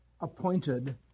appointed